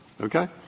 Okay